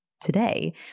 today